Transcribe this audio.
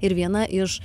ir viena iš